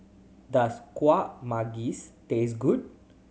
does Kuih Manggis taste good